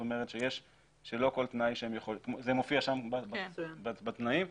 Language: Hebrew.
זה מופיע בתנאים.